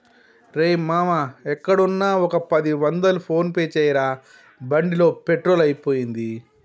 రేయ్ మామా ఎక్కడున్నా ఒక పది వందలు ఫోన్ పే చేయరా బండిలో పెట్రోల్ అయిపోయింది